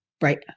Right